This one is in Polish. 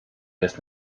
jest